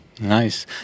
Nice